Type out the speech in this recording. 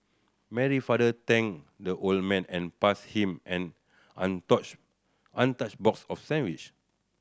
Mary father thanked the old man and passed him an untouched box of sandwich